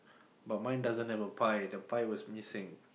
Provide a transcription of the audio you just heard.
but mine doesn't have a pie the pie was missing